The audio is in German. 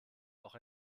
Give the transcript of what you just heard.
auch